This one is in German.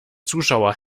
zuschauer